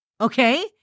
Okay